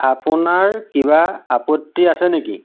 আপোনাৰ কিবা আপত্তি আছে নেকি